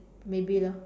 maybe lor